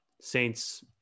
Saints